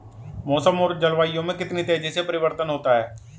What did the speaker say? मौसम और जलवायु में कितनी तेजी से परिवर्तन होता है?